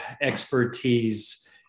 expertise